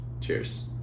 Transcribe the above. cheers